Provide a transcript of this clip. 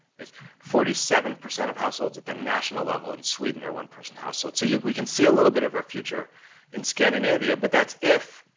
forty seven percent of households at the national level in sweden are one-person households, so yeah we can see a little bit of our future in scandinavia, but that's if